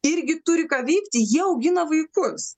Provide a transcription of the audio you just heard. irgi turi ką veikti jie augina vaikus